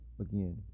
again